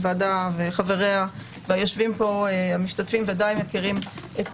הוועדה וחבריה והמשתתפים ודאי מכירים את